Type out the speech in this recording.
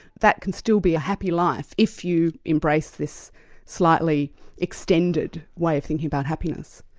that can still be a happy life if you embrace this slightly extended way of thinking about happiness.